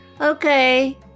okay